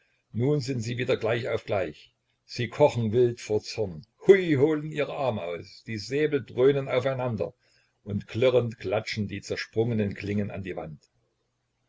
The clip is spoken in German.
nun sind sie wieder gleich auf gleich sie kochen wild vor zorn hui holen ihre arme aus die säbel dröhnen aufeinander und klirrend klatschen die zersprungenen klingen an die wand